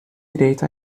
direito